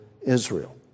Israel